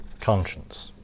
conscience